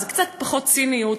אז קצת פחות ציניות,